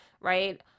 right